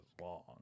long